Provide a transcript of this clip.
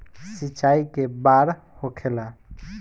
सिंचाई के बार होखेला?